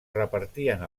repartien